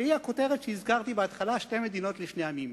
שהיא הכותרת שהזכרתי בהתחלה: "שתי מדינות לשני עמים".